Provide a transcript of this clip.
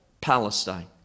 palestine